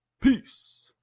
Peace